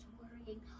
worrying